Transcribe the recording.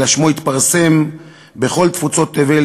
אלא שמו התפרסם בכל תפוצות תבל,